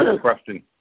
question